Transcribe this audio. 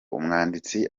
umwanditsi